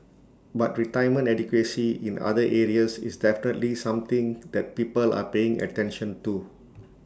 but retirement adequacy in other areas is definitely something that people are paying attention to